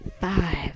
five